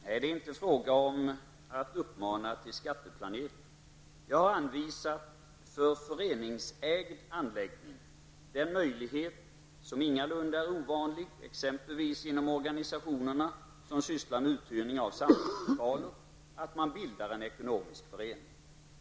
Herr talman! Nej, det är inte fråga om att uppmana till skatteplanering. För föreningsägda anläggningar har jag anvisat möjligheten, som ingalunda är ovanlig inom t.ex. organisationer som sysslar med uthyrning av samlingslokaler, att bilda en ekonomisk förening.